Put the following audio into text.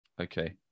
Okay